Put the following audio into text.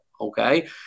Okay